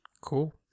cool